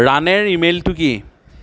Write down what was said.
ৰানেৰ ইমেইলটো কি